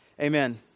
amen